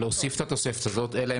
צריך